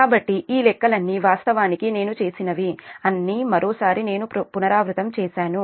కాబట్టి ఈ లెక్కలన్నీ వాస్తవానికి నేను చేసినవి అన్ని మరోసారి నేను పునరావృతం చేశాను